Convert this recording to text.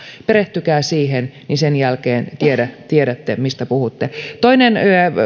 perehtykää siihen niin sen jälkeen tiedätte mistä puhutte toinen